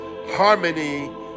harmony